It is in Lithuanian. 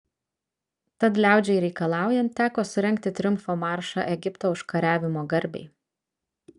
tad liaudžiai reikalaujant teko surengti triumfo maršą egipto užkariavimo garbei